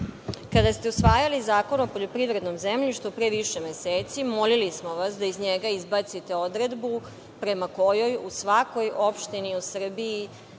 Kada ste usvajali Zakon o poljoprivrednom zemljištu, pre više meseci, molili smo vas da iz njega izbacite odredbu prema kojoj u svakoj opštini u Srbiji